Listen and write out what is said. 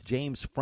James